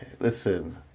listen